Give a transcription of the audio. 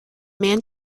man